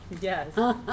Yes